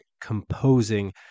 composing